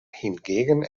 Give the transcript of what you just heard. hingegen